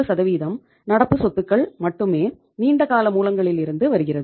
3 நடப்பு சொத்துகள் மட்டுமே நீண்டகால மூலங்களில் இருந்து வருகிறது